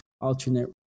alternate